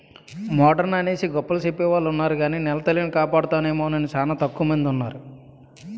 modern అనేసి గొప్పలు సెప్పెవొలున్నారు గాని నెలతల్లిని కాపాడుతామనేవూలు సానా తక్కువ మందున్నారు